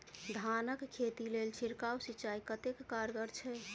धान कऽ खेती लेल छिड़काव सिंचाई कतेक कारगर छै?